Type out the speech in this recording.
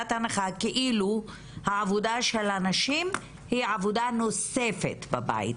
מנקודת הנחה כאילו העבודה של הנשים היא עבודה נוספת בבית,